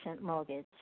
Mortgage